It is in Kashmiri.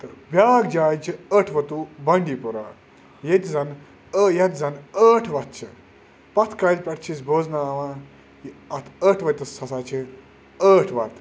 تہٕ بیٛاکھ جاے چھِ ٲٹھ وَتوٗ بانٛڈی پوٗرہ ییٚتہِ زَن ٲ یَتھ زَن ٲٹھ وَتھ چھِ پَتھ کالہِ پٮ۪ٹھ چھِ أسۍ بوزناوان یہِ اَتھ ٲٹھ ؤتِس ہَسا چھِ ٲٹھ وَتہٕ